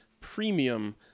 premium